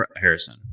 Harrison